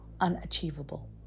unachievable